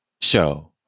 Show